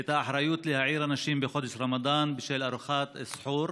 את האחריות להעיר אנשים בחודש רמדאן בשל ארוחת אל-סחור,